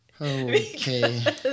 Okay